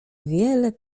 wiele